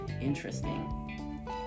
interesting